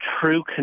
true